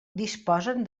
disposen